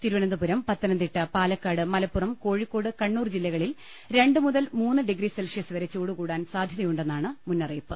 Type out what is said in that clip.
Thiruvananthapuram Pathanamthitta Palakkad Malappuram Kozhikode Kannur ജില്ലകളിൽ രണ്ട് മുതൽ മൂന്ന് ഡിഗ്രി സെൽഷ്യസ് വരെ ചൂട്ട് കൂടാൻ സാധ്യതയു ണ്ടെന്നാണ് മുന്നറിയിപ്പ്